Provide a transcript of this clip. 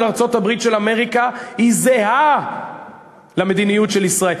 ארצות-הברית של אמריקה זהה למדיניות של ישראל,